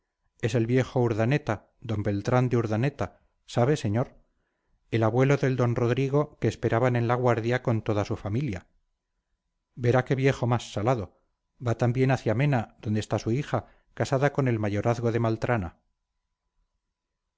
es el viejo urdaneta d beltrán de urdaneta sabe señor el abuelo del don rodrigo que esperaban en la guardia con toda su familia verá qué viejo más salado va también hacia mena donde está su hija casada con el mayorazgo de maltrana